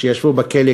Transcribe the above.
שישבו בכלא,